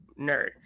nerd